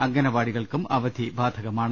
അംഗനവാടികൾക്കും അവധി ബാധകമാണ്